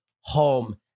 home